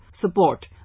support